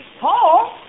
Paul